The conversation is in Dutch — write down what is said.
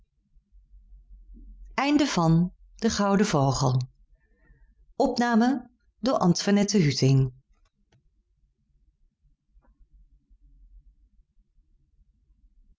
de vogel op een